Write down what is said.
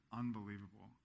unbelievable